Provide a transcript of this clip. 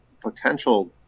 potential